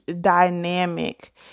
dynamic